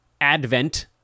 advent